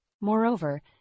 Moreover